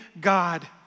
God